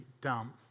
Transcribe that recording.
dump